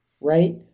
Right